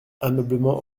ameublement